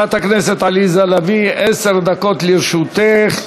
חברת הכנסת עליזה לביא, עשר דקות לרשותך.